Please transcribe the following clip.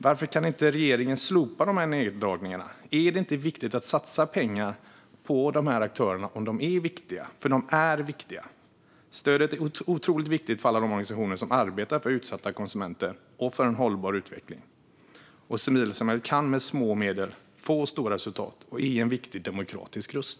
Varför kan inte regeringen slopa neddragningarna? Om de här aktörerna är viktiga, är det då inte viktigt att satsa pengar på dem? De är ju viktiga. Stödet är otroligt viktigt för alla de organisationer som arbetar för utsatta konsumenter och för en hållbar utveckling. Civilsamhället kan med små medel få stora resultat och är en viktig demokratisk röst.